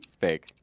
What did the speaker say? Fake